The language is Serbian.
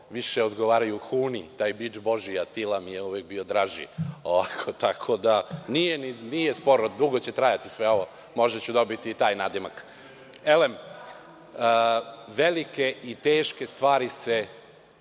više odgovaraju Huni taj bič Božiji, Atila mi je uvek bio draži, nije sporno. Dugo će trajati sve ovo, možda ću dobiti i taj nadimak. Velike i teške stvari se